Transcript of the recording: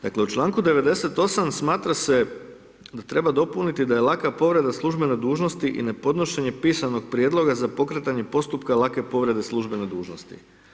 Dakle u članku 98. smatra se da treba dopuniti da je laka povreda službene dužnosti i ne podnošenje pisanog prijedloga za pokretanje postupka lake povrede službene dužnosti.